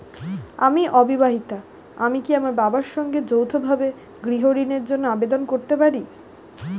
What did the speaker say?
আমি অবিবাহিতা আমি কি আমার বাবার সঙ্গে যৌথভাবে গৃহ ঋণের জন্য আবেদন করতে পারি?